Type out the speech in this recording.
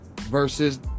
versus